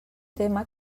tema